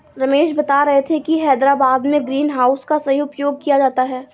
रमेश बता रहे थे कि हैदराबाद में ग्रीन हाउस का सही उपयोग किया जाता है